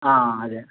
ആ അത് തന്നെ